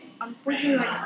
unfortunately